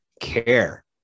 care